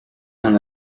aan